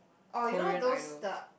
or you know those the